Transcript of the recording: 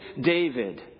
David